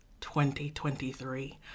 2023